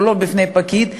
או לא בפני פקיד,